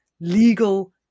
legal